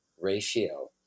ratio